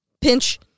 Pinch